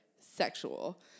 sexual